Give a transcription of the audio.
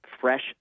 fresh